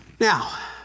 Now